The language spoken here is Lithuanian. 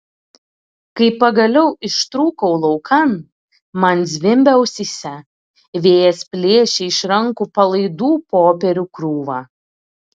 kai pagaliau ištrūkau laukan man zvimbė ausyse vėjas plėšė iš rankų palaidų popierių krūvą